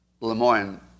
Lemoyne